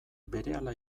berehala